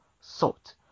salt